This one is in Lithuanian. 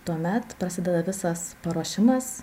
tuomet prasideda visas paruošimas